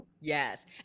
Yes